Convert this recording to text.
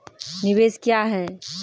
निवेश क्या है?